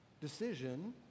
decision